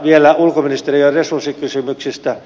vielä ulkoministeriön resurssikysymyksistä